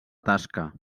tasca